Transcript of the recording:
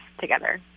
together